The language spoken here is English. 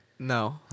No